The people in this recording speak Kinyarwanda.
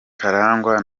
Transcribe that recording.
karangwa